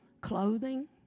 clothing